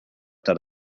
that